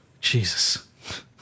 Jesus